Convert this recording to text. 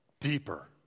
deeper